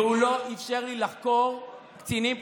והוא לא אפשר לי לחקור קצינים בכירים,